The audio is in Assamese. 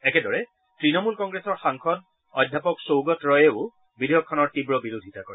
একেদৰে তৃণমূল কংগ্ৰেছৰ সাংসদ অধ্যাপক চৌগত ৰয়েও বিধেয়খনৰ তীৱ বিৰোধিতা কৰে